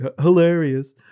Hilarious